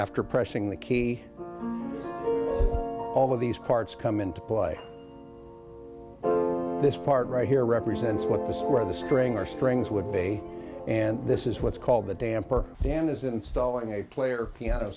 after pressing the key all these parts come into play this part right here represents what this is where the stringer springs would be and this is what's called the damper fan is installing a player piano